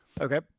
Okay